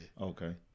Okay